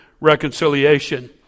reconciliation